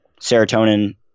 serotonin